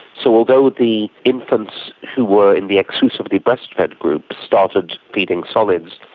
so although the infants who were in the exclusively breastfed group started feeding solids,